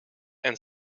and